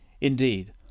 Indeed